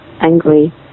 angry